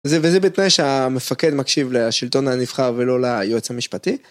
וזה בפני שהמפקד מקשיב לשלטון הנבחר ולא ליועץ המשפטי